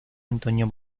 antonio